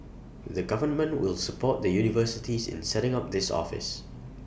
the government will support the universities in setting up this office